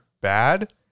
bad